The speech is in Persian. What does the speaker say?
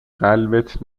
قلبت